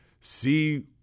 see